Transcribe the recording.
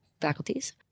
faculties